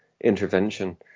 intervention